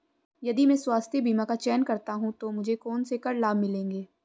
यदि मैं स्वास्थ्य बीमा का चयन करता हूँ तो मुझे कौन से कर लाभ मिलेंगे?